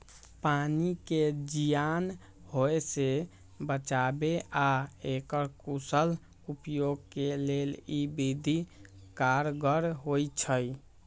पानी के जीयान होय से बचाबे आऽ एकर कुशल उपयोग के लेल इ विधि कारगर होइ छइ